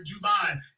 Dubai